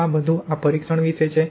તો આ બધું આ પરીક્ષણ વિશે છે